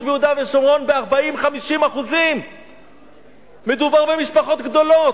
ביהודה ושומרון ב-40% 50%. מדובר במשפחות גדולות,